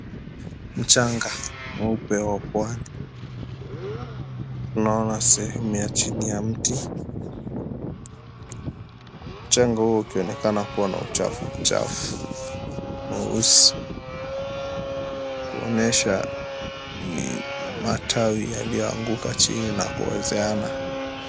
Mchanga weupe wa Pwani naona sehemu ya chini ya mti jengo huo ukionekana kuwa na uchafu uchafu meusi kuonesha ni matawi yaliyoanguka chini na kuozeana.